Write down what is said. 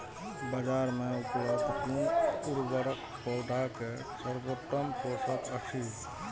बाजार में उपलब्ध कुन उर्वरक पौधा के सर्वोत्तम पोषक अछि?